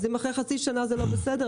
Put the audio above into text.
אם אחרי חצי שנה זה לא בסדר,